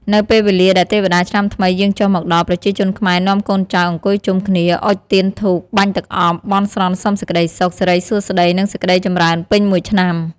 នៅពេលវេលាដែលទេវតាឆ្នាំង្មី យាងចុះមកដល់ ប្រជាជនខ្មែរនាំកូនចៅអង្គុយជុំគ្នា អុជទៀនធូប បាញ់ទឹកអប់ បន់ស្រន់សុំសេចក្ដីសុខ សិរីសួស្ដី និងសេចក្ដីចម្រើនពេញមួយឆ្នាំ។